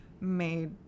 made